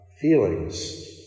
feelings